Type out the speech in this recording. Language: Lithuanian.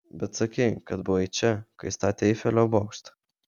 bet sakei kad buvai čia kai statė eifelio bokštą